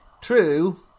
True